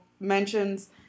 Mentions